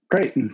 Great